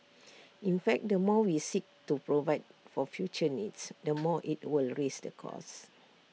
in fact the more we seek to provide for future needs the more IT will raise the cost